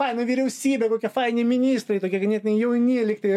faina vyriausybė kokie faini ministrai tokie ganėtinai jauni lygtai